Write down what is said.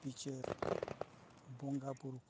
ᱵᱤᱪᱟᱹᱨ ᱵᱚᱸᱜᱟ ᱵᱩᱨᱩ ᱠᱚ